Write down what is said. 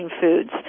foods